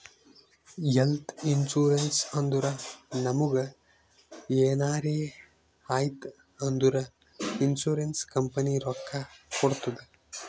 health insurance ಅಂದುರ್ ನಮುಗ್ ಎನಾರೇ ಆಯ್ತ್ ಅಂದುರ್ ಇನ್ಸೂರೆನ್ಸ್ ಕಂಪನಿ ರೊಕ್ಕಾ ಕೊಡ್ತುದ್